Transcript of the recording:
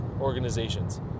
organizations